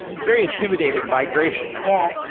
very intimidating migration? yeah.